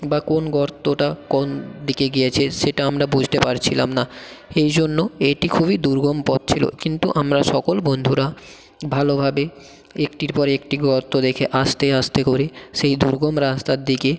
বা কোন গর্তটা কোন দিকে গিয়েছে সেটা আমরা বুঝতে পারছিলাম না এই জন্য এইটি খুবই দুর্গম পথ ছিলো কিন্তু আমরা সকল বন্ধুরা ভালোভাবে একটি পর একটি গর্ত দেখে আস্তে আস্তে করে সেই দুর্গম রাস্তার দিকে